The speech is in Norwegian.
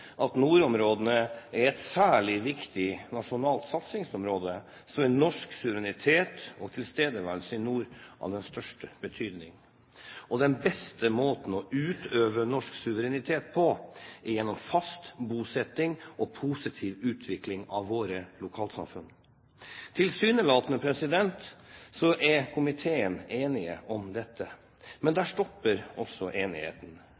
at nordområdene er et særlig viktig nasjonalt satsingsområde, så er norsk suverenitet og tilstedeværelse i nord av den største betydning. Den beste måten å utøve norsk suverenitet på er gjennom fast bosetting og positiv utvikling av våre lokalsamfunn. Tilsynelatende er komiteen enig om dette, men der stopper også enigheten.